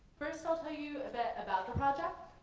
first i'll tell you a bit about the project.